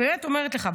אני באמת אומרת לך,